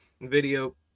video